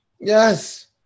Yes